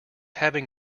having